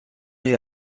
est